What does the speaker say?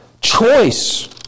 choice